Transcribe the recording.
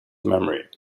memory